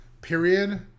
period